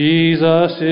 Jesus